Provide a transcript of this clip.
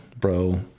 Bro